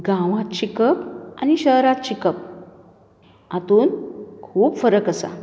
गांवांत शिकप आनी शहरांत शिकप हातूंत खूब फरक आसा